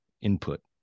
input